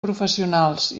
professionals